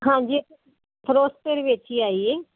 ਹਾਂਜੀ ਫ਼ਿਰੋਜ਼ਪੁਰ ਵਿੱਚ ਹੀ ਆਈ ਹੈ